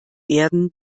werden